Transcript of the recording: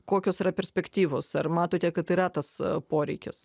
kokios yra perspektyvos ar matote kad yra tas poreikis